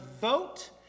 vote